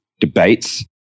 debates